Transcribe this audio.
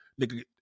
Nigga